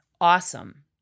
awesome